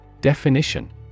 Definition